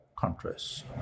Countries